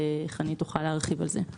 וחנית תוכל להרחיב עליהם.